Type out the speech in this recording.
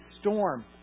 storm